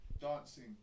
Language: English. dancing